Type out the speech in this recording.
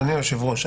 אדוני היושב-ראש,